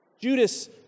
Judas